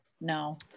No